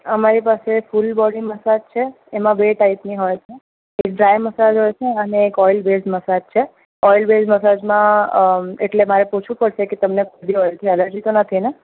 અમારી પાસે full body massage છે એમાં બે ટાઈપની હોય છે એક ડ્રાઇ મસાજ હોય છે અને એક ઓઇલ બેઝ મસાજ છે ઓઇલ બેઝ મસાજમાં એટલે મારે પૂછવું પડશે કે તમને કોઈ બી ઓઇલથી એલર્જી તો નથીને